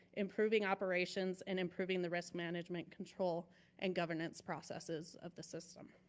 improving operations, and improving the risk management control and governance processes of the system.